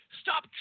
Stop